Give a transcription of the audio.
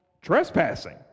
trespassing